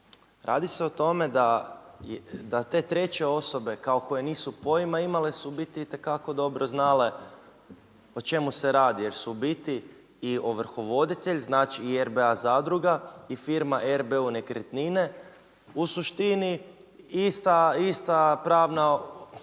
Radi se o tome da te treće osobe kao koje nisu pojma imale su u biti itekako dobro znale o čemu se radi, jer su ubiti ovrhovoditelj, znači i RBA zadruga i firma RBU Nekretnine u suštini ista pravna